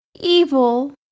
evil